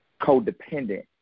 codependent